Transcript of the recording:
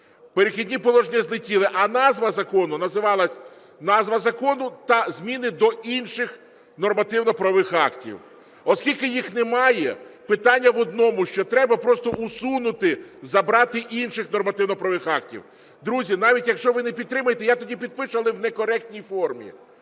Перехідні положення злетіли, а назва закону називалася: назва закону "та зміни до інших нормативно-правових актів". Оскільки їх немає, питання в одному, що треба просто усунути, забрати "інших нормативно-правових актів". Друзі, навіть, якщо ви не підтримаєте, я тоді підпишу, але не в коректній формі.